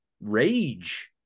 rage